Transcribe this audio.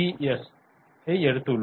S I எடுத்துள்ளோம்